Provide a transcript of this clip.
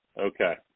Okay